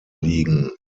liegen